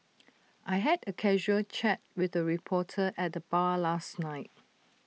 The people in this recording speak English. I had A casual chat with A reporter at the bar last night